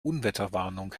unwetterwarnung